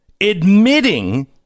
Admitting